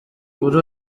kuri